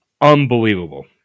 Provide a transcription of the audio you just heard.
unbelievable